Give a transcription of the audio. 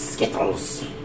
Skittles